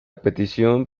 petición